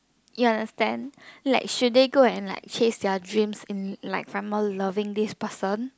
you understand like should they go and like chase their dreams and like loving this person